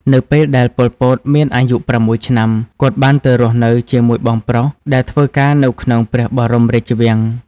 នៅពេលដែល ប៉ុល ពត មានអាយុ៦ឆ្នាំ គាត់បានទៅរស់នៅជាមួយបងប្រុសដែលធ្វើការនៅក្នុងព្រះបរមរាជវាំង។